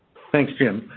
thanks, jim.